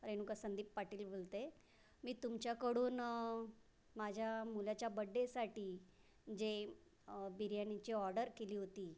रेणुका संदीप पाटील बोलते मी तुमच्याकडून माझ्या मुलाच्या बड्डेसाठी जे बिर्याणीची ऑर्डर केली होती